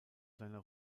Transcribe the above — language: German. seiner